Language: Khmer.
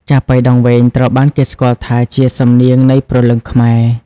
ចាប៉ីដងវែង ត្រូវបានគេស្គាល់ថាជា សំនៀងនៃព្រលឹងខ្មែរ។